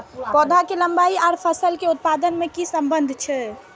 पौधा के लंबाई आर फसल के उत्पादन में कि सम्बन्ध छे?